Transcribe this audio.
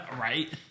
right